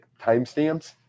timestamps